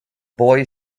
boy